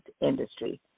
industry